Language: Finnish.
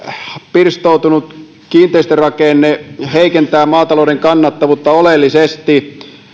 pirstoutunut kiinteistörakenne heikentää maatalouden kannattavuutta oleellisesti